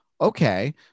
okay